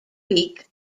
week